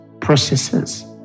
processes